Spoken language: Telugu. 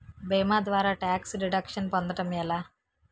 భీమా ద్వారా టాక్స్ డిడక్షన్ పొందటం ఎలా?